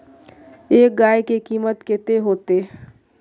एक गाय के कीमत कते होते?